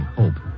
hope